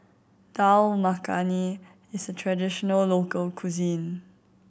Dal Makhani is a traditional local cuisine